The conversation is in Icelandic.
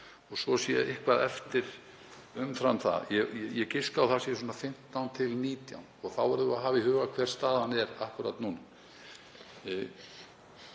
og svo sé eitthvað eftir umfram það. Ég giska á að það séu svona 15–19 milljarðar og þá verðum við að hafa í huga hver staðan er akkúrat núna.